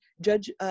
Judge